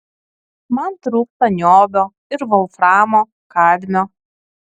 man trūksta niobio ir volframo kadmio